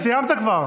סיימת כבר.